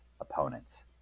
opponents